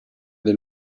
del